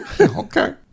Okay